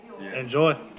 Enjoy